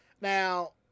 Now